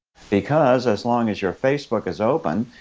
because as long as your facebook is open,